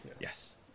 Yes